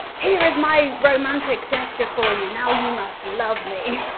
here is my romantic gesture for you, now you must love me.